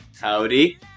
Howdy